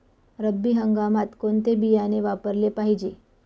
रब्बी हंगामात कोणते बियाणे वापरले पाहिजे?